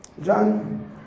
John